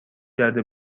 کرده